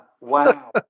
Wow